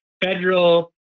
Federal